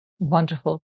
Wonderful